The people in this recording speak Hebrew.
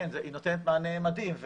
כן, היא נותנת מענה מדהים.